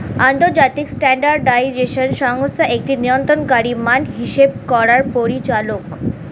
আন্তর্জাতিক স্ট্যান্ডার্ডাইজেশন সংস্থা একটি নিয়ন্ত্রণকারী মান হিসেব করার পরিচালক